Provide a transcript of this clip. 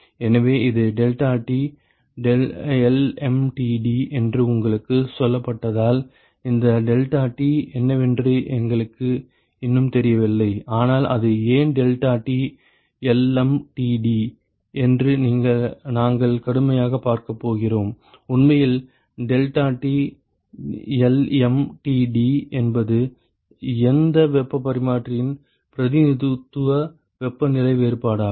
எனவே இது delta T LMTD என்று உங்களுக்குச் சொல்லப்பட்டதால் இந்த டெல்டாடி என்னவென்று எங்களுக்கு இன்னும் தெரியவில்லை ஆனால் அது ஏன் டெல்டாடி எல்எம்டிடி என்று நாங்கள் கடுமையாகப் பார்க்கப் போகிறோம் உண்மையில் டெல்டாடி எல்எம்டிடி என்பது எந்த வெப்பப் பரிமாற்றியின் பிரதிநிதித்துவ வெப்பநிலை வேறுபாடாகும்